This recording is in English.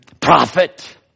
Prophet